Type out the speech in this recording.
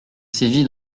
sévi